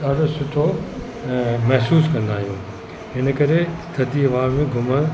ॾाढो सुठो महिसूसु कंदा आहियूं हिन करे थधी हवा में घुमण